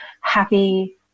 happy